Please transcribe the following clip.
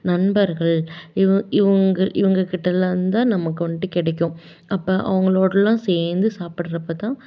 நண்பர்கள் இவங்க இவங்ககிட்டலாம் தான் நமக்கு வந்துட்டு கிடைக்கும் அப்போது அவங்களோடலாம் சேர்ந்து சாப்பிட்றப்ப தான்